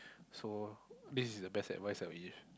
so this is the best advice I would give